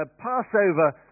Passover